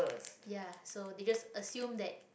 ya so they just assume that